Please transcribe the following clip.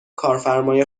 کارفرمای